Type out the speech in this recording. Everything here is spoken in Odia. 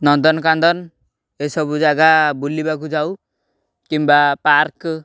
ନନ୍ଦନକାନନ ଏସବୁ ଜାଗା ବୁଲିବାକୁ ଯାଉ କିମ୍ବା ପାର୍କ